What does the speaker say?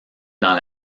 dans